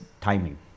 timing